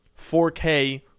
4K